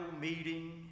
meeting